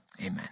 Amen